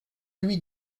lui